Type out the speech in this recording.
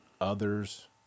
others